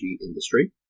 industry